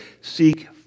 Seek